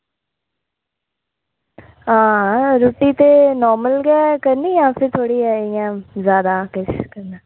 आं रुट्टी ते नॉर्मल गै करनी जां थोह्ड़ा जेहा जादै किश करना